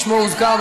ששמו הוזכר,